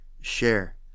share